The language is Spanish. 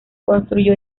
construyó